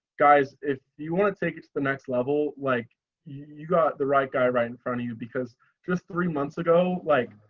guys, if you want to take it to the next level, like you got the right guy right in front of you, because just three months ago like,